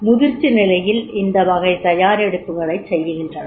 முதிர்ச்சி நிலையில் இந்த வகை தயாரெடுப்புகளைச் செய்கின்றன